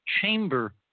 chamber